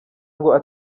ngo